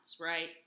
Right